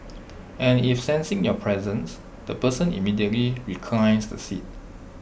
as if sensing your presence the person immediately reclines the seat